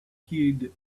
heed